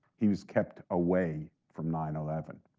he was kept away from nine eleven.